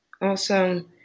Awesome